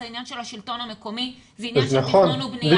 זה עניין של השלטון המקומי ועניין של תכנון ובנייה.